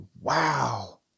wow